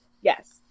yes